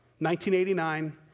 1989